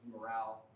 morale